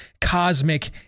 cosmic